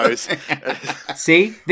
See